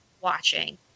watching